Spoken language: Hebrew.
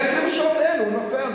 בשעות האלה הוא נופל,